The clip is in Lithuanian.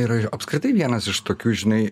yra apskritai vienas iš tokių žinai